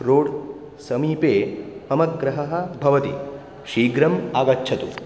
road समीपे मम गृहं भवति शीघ्रम् आगच्छतु